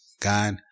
God